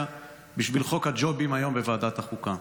בשביל חוק הג'ובים היום בוועדת החוקה.